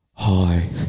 Hi